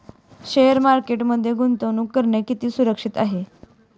Share मार्केटमध्ये गुंतवणूक करणे किती सुरक्षित आहे?